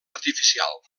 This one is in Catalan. artificial